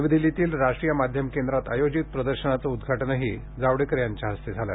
नवी दिल्लीतील राष्ट्रीय माध्यम केंद्रात आयोजित प्रदर्शनाचे उद्घाटनही जावडेकर यांच्या हस्ते झाले